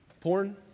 Porn